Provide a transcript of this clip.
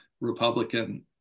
Republican